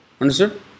Understood